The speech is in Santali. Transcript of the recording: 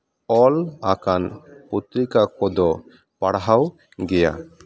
ᱚᱞ ᱟᱠᱟᱱ ᱯᱚᱛᱨᱤᱠᱟ ᱠᱚᱫᱚ ᱯᱟᱲᱦᱟᱣ ᱜᱮᱭᱟ